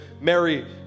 Mary